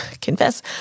confess